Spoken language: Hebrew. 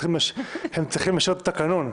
הם צריכים לשנות את התקנון.